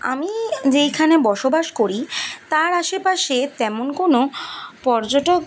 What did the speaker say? আমি যেইখানে বসবাস করি তার আশেপাশে তেমন কোনো পর্যটক